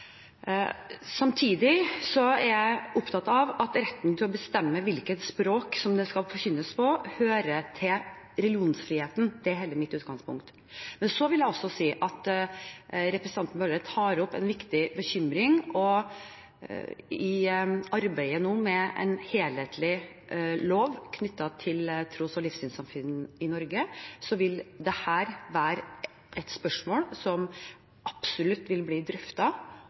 Samtidig er jeg opptatt av at retten til å bestemme hvilket språk det skal forkynnes på, hører til religionsfriheten. Det er hele mitt utgangspunkt. Så vil jeg også si at representanten Bøhler tar opp en viktig bekymring, og i arbeidet nå med en helhetlig lov knyttet til tros- og livssynssamfunn i Norge vil dette være et spørsmål som absolutt vil bli